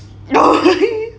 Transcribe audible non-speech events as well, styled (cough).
(laughs)